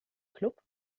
club